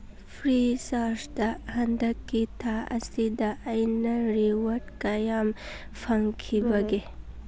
free ꯆꯥꯔꯖꯇ ꯍꯟꯗꯛꯀꯤ ꯊꯥ ꯑꯁꯤꯗ ꯑꯩꯅ ꯔꯤꯋꯔꯠ ꯀꯌꯥꯝ ꯐꯪꯈꯤꯕꯒꯦ